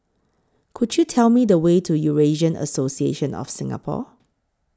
Could YOU Tell Me The Way to Eurasian Association of Singapore